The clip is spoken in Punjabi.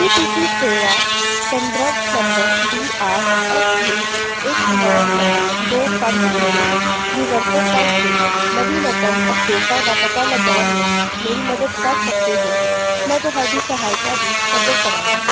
ਕੀ ਤੁਸੀਂ ਸੇਵਾ ਸੰਦਰਭ number D R F U ਇੱਕ ਨੌਂ ਨੌਂ ਦੋ ਪੰਜ ਜੀਰੋ ਦੀ ਵਰਤੋਂ ਕਰਕੇ ਨਵੀਨਤਮ ਅਪਡੇਟਾਂ ਦਾ ਪਤਾ ਲਗਾਉਣ ਵਿੱਚ ਮੇਰੀ ਮਦਦ ਕਰ ਸਕਦੇ ਹੋ ਮੈਂ ਤੁਹਾਡੀ ਸਹਾਇਤਾ ਦੀ ਕਦਰ ਕਰਾਂਗਾ